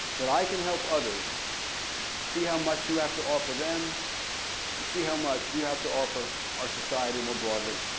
that i can help others see how much you have to offer them and see how much you have to offer our society more broadly.